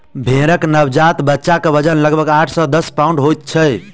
भेंड़क नवजात बच्चाक वजन लगभग आठ सॅ दस पाउण्ड होइत छै